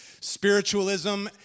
spiritualism